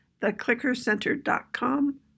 theclickercenter.com